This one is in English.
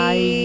Bye